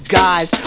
guys